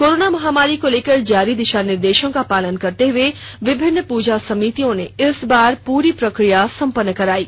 corona महामारी को लेकर जारी दिशा निर्देशों का पालन करते हुए विभिन्न पूजा समितियों ने इस बार पूरी प्रक्रिया संपन्न करायी